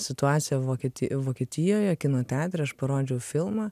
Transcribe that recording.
situaciją vokieti vokietijoje kino teatre aš parodžiau filmą